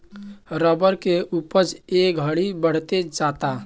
rubber के उपज ए घड़ी बढ़ते जाता